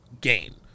gain